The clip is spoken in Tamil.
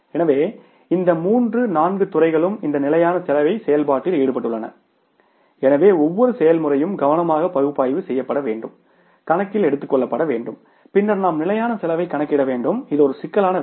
எனவே இந்த மூன்று நான்கு துறைகளும் இந்த நிலையான செலவுச் செயல்பாட்டில் ஈடுபட்டுள்ளன எனவே ஒவ்வொரு செயல்முறையும் கவனமாக பகுப்பாய்வு செய்யப்பட வேண்டும் கணக்கில் எடுத்துக்கொள்ளப்பட வேண்டும் பின்னர் நாம் நிலையான செலவைக் கணக்கிட வேண்டும் இது ஒரு சிக்கலான வேலை